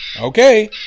Okay